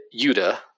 Yuda